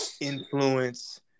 influence